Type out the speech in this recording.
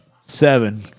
Seven